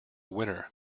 winner